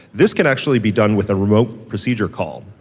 this can actually be done with a remote procedure call.